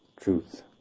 truth